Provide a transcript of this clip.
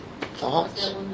thoughts